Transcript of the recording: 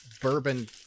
bourbon